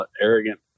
arrogant